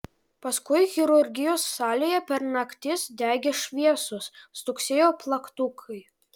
paskui chirurgijos salėje per naktis degė šviesos stuksėjo plaktukai